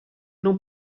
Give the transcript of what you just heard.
non